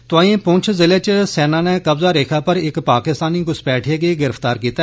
तोआंई प्रंछ जिले च सेना नै कब्जा रेखा पर इक पाकिस्तानी घुसपैठिये गी गिरफ्तार कीता